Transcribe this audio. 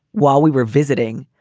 while we were visiting.